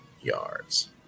yards